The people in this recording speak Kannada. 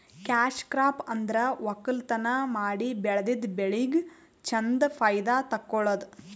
ಕ್ಯಾಶ್ ಕ್ರಾಪ್ ಅಂದ್ರ ವಕ್ಕಲತನ್ ಮಾಡಿ ಬೆಳದಿದ್ದ್ ಬೆಳಿಗ್ ಚಂದ್ ಫೈದಾ ತಕ್ಕೊಳದು